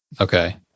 Okay